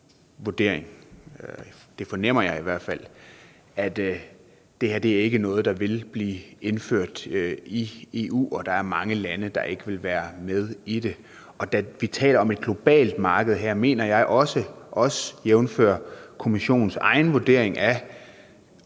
jeg fornemmer det i hvert fald – at det her ikke er noget, der vil blive indført i EU, og at der er mange lande, der ikke vil være med i det. Og da vi taler om et globalt marked her, mener jeg også, også jævnfør Kommissionens egen vurdering af,